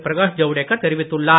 பிரகாஷ் ஜவ்டேக்கர் தெரிவித்துள்ளார்